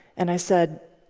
and i said,